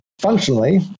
functionally